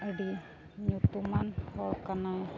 ᱟᱹᱰᱤ ᱧᱩᱛᱩᱢᱟᱱ ᱦᱚᱲ ᱠᱟᱱᱟᱭ